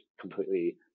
completely